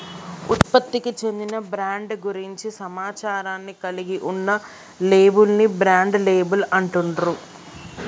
ఉత్పత్తికి చెందిన బ్రాండ్ గురించి సమాచారాన్ని కలిగి ఉన్న లేబుల్ ని బ్రాండ్ లేబుల్ అంటుండ్రు